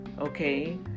okay